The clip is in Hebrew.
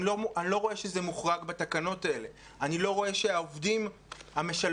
לא רואה שזה מוחרג בתקנות האלה; אני לא רואה שהעובדים המשלבים,